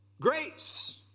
grace